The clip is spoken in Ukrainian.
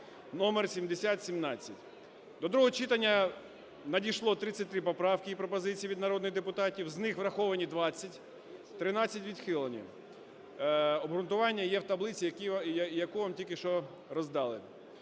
(№ 7017). До другого читання надійшло 33 поправки і пропозиції від народних депутатів, з них враховані - 20, 13 – відхилені. Обґрунтування є в таблиці, яку вам тільки що роздали.